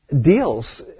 deals